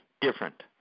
different